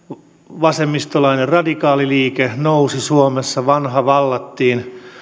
vasemmistolainen radikaaliliike nousi suomessa vanha vallattiin